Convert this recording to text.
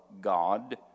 God